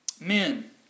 Men